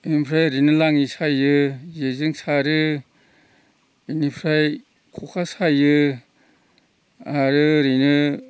इनिफ्राय ओरैनो लाङि सायो जेजों सारो इनिफ्राय खखा सायो आरो ओरैनो